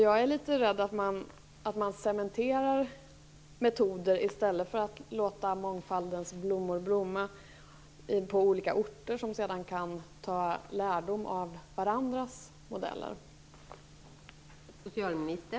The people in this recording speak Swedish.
Jag är litet rädd för att metoder cementeras i stället för att mångfaldens blommor får blomma på olika orter så att man sedan kan ta lärdom av varandras modeller.